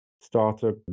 startup